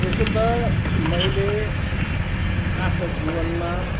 यसो त मैले आफ्नो जीवनमा